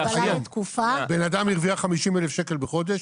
בן אדם הרוויח 50,000 שקלים בחודש,